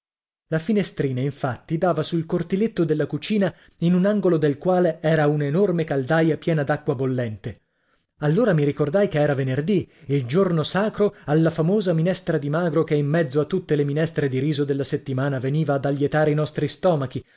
la finestrina infatti dava sul cortiletto della cucina in un angolo del quale era una enorme caldaia piena d'acqua bollente allora mi ricordai che era venerdì il giorno sacro alla famosa minestra di magro che in mezzo a tutte le minestre di riso della settimana veniva ad allietare i nostri stomachi